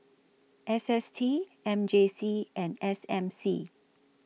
S S T M J C and S M C